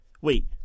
Wait